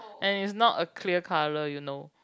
and is not a clear colour you know